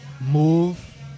move